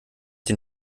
den